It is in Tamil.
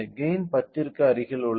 கெய்ன் 10 ற்கு அருகில் உள்ளது